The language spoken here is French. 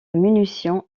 munition